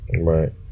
Right